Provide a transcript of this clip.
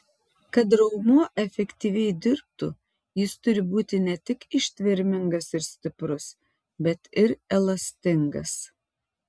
kad raumuo efektyviai dirbtų jis turi būti ne tik ištvermingas ir stiprus bet ir elastingas